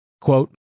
Quote